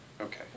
Okay